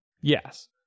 yes